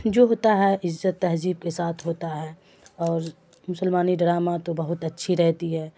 جو ہوتا ہے عزت تہذیب کے ساتھ ہوتا ہے اور مسلمانی ڈرامہ تو بہت اچھی رہتی ہے